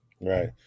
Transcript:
Right